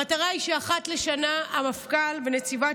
המטרה היא שאחת לשנה המפכ"ל ונציבת